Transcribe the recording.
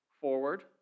forward